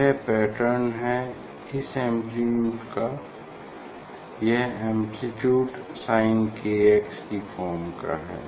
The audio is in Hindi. यह पैटर्न है इस एम्प्लीट्युड का यह एम्प्लीट्यूड sinkx की फॉर्म का है